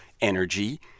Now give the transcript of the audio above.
energy